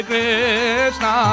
Krishna